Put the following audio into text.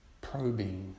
probing